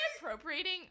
appropriating